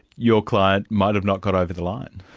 your client might have not got over the line.